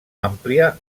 àmplia